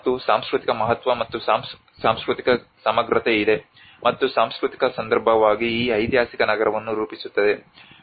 ಮತ್ತು ಸಾಂಸ್ಕೃತಿಕ ಮಹತ್ವ ಮತ್ತು ಸಾಂಸ್ಕೃತಿಕ ಸಮಗ್ರತೆ ಇದೆ ಮತ್ತು ಸಾಂಸ್ಕೃತಿಕ ಸಂದರ್ಭವಾಗಿ ಈ ಐತಿಹಾಸಿಕ ನಗರವನ್ನು ರೂಪಿಸುತ್ತದೆ